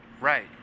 right